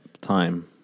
time